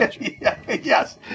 Yes